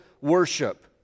worship